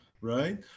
right